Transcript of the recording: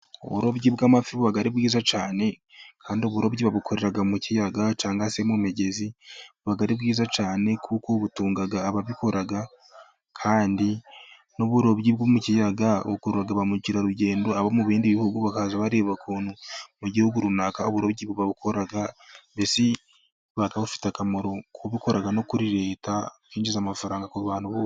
Uburobyi bw'amafi buba ari bwiza cyane, kandi uburobyi babukorera mu kiyaga cyangwa se mu migezi. Buba ari bwiza cyane, kuko butunga ababikora kandi n'uburobyi bwo mu kiyagaga bukurura ba mukerarugendo, abo mu bindi bihugu bareba mu gihugu runaka uburobyi uko babukora mbesi buba bufite akamaro, bukora no kuri leta bwinjiza amafaranga ku bantu bose.